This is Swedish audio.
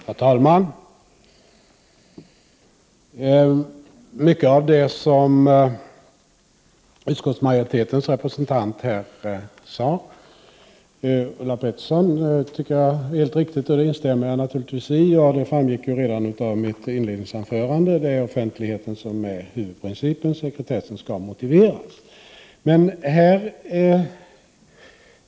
Herr talman! Mycket av det som utskottsmajoritetens representant, Ulla Pettersson, här sade är riktigt, och det instämmer jag naturligtvis i. Det framgick ju redan av mitt inledningsanförande att det är offentlighet som är huvudprincipen — sekretessen skall motiveras.